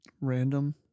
Random